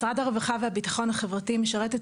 משרד הרווחה והביטחון החברתי משרת את